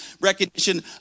recognition